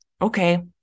okay